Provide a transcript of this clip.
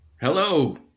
Hello